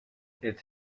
its